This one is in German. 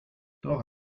dora